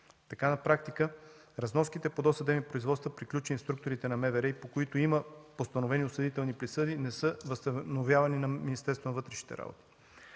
Така на практика разноските по досъдебни производства, приключени от структурите на МВР, по които има постановени осъдителни присъди, не са възстановявани на